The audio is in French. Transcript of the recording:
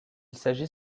s’agit